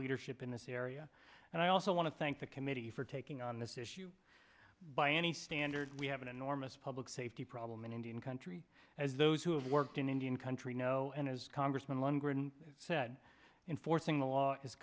leadership in this area and i also want to thank the committee for taking on this issue by any standard we have an enormous public safety problem in indian country as those who have worked in indian country know and as congressman longer than said in forcing the law is